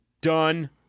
done